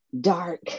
dark